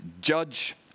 judge